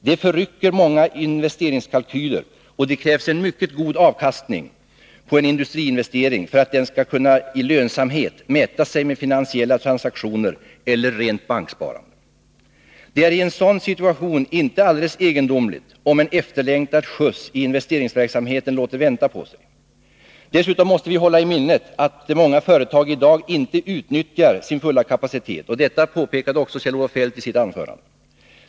Det förrycker många investeringskalkyler, och det krävs en mycket god avkastning på en industriinvestering för att den skall kunna i lönsamhet mäta sig med finansiella transaktioner eller rent banksparande. Det är i en sådan situation inte alldeles egendomligt om en efterlängtad skjuts i investeringsverksamheten låter vänta på sig. Dessutom måste vi hålla i minnet att många företag i daginte utnyttjar sin fulla kapacitet. Detta påpekade också Kjell-Olof Feldt i sitt anförande.